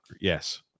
Yes